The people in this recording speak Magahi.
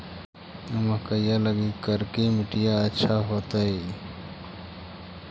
मकईया लगी करिकी मिट्टियां अच्छा होतई